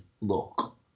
look